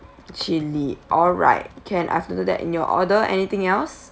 chili alright can after that in your order anything else